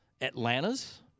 Atlanta's